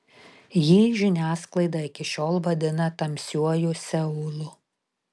jį žiniasklaida iki šiol vadina tamsiuoju seulu